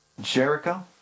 Jericho